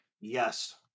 Yes